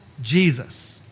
Jesus